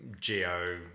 geo